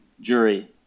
jury